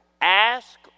ask